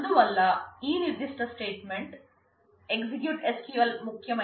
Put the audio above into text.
అందువల్ల ఈ నిర్ధిష్ట స్టేట్ మెంట్ EXEC SQL ముఖ్యమైనది